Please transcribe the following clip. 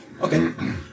Okay